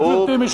גברתי,